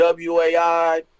WAI